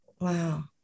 Wow